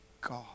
god